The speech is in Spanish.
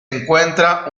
encuentra